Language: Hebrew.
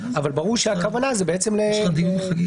אבל ברור שהכוונה למשפחה.